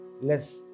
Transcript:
Less